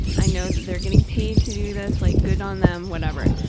i know that they're getting paid to do this, like good on them, whatever.